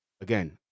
again